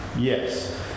Yes